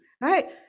right